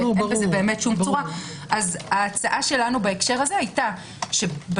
שאין לזה שום צורה - ההצעה שלנו בהקשר הזה היתה שבשלב